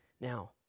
Now